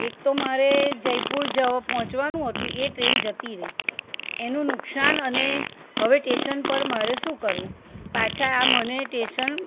એક તો મારે જયપુર જવ પહોંચવાનું હતું એ ટ્રેન જતી રહી એનું નુકસાન અને હવે ટેશન પર મારે શું કરવું પાછા આ મને ટેશન